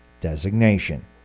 designation